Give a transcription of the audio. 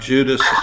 Judas